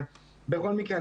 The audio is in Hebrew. בכל מקרה,